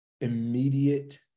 immediate